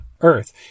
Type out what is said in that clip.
Earth